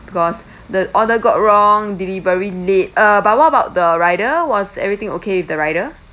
because the order got wrong delivery late uh but what about the rider was everything okay with the rider